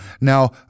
Now